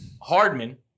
Hardman